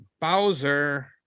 Bowser